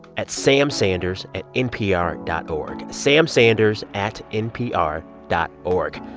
at samsanders at npr dot o r g samsanders at npr dot o r g.